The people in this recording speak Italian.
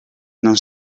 non